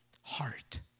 heart